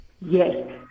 yes